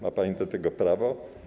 Ma pani do tego prawo.